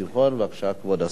בבקשה, כבוד השר.